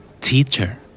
Teacher